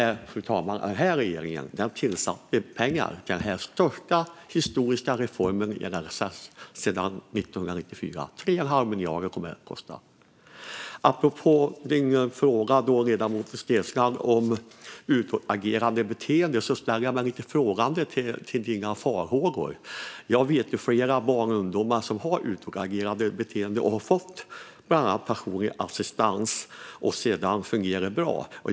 Den här regeringen har tillfört pengar till den första historiska reformen av LSS sedan 1994. Den kommer att kosta 3 1⁄2 miljard. Apropå ledamoten Steenslands fråga om utåtagerande beteende ställer jag mig lite frågande till farhågorna. Jag vet flera barn och ungdomar som har utåtagerande beteende och som har fått bland annat personlig assistans och som det sedan fungerar bra för.